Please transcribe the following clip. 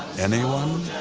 anyone?